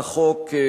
היום סילבן שלום.